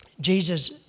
Jesus